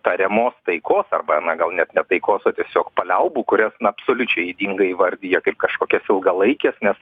tariamos taikos arba na gal net ne taikos o tiesiog paliaubų kurias na absoliučiai ydingai įvardija kaip kažkokias ilgalaikes nes